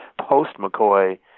post-McCoy